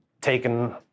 taken